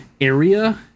area